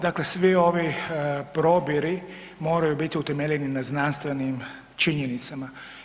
Dakle, svi ovi probiri moraju biti utemeljeni na znanstvenim činjenicama.